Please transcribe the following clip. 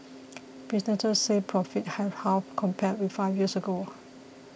businesses said profits have halved compared with five years ago